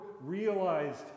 realized